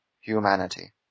humanity